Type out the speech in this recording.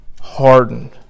hardened